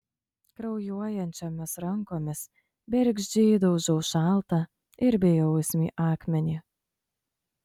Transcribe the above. kraujuojančiomis rankomis bergždžiai daužau šaltą ir bejausmį akmenį